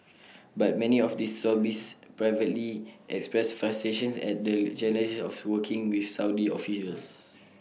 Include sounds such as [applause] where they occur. [noise] but many of those lobbyists privately express frustration at the challenges of working with Saudi officials [noise]